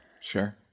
Sure